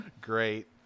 Great